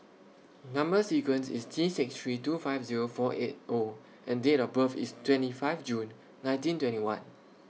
Number sequence IS T six three two five Zero four eight O and Date of birth IS twenty five June nineteen twenty one